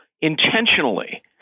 intentionally